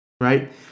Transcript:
right